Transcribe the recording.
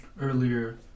earlier